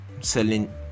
selling